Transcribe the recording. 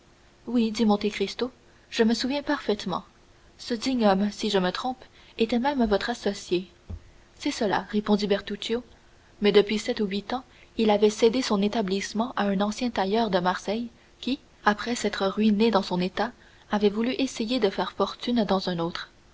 oui dit monte cristo je me souviens parfaitement ce digne homme si je ne me trompe était même votre associé c'est cela répondit bertuccio mais depuis sept ou huit ans il avait cédé son établissement à un ancien tailleur de marseille qui après s'être ruiné dans son état avait voulu essayer de faire sa fortune dans un autre